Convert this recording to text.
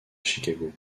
chicago